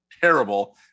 terrible